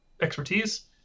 expertise